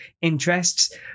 interests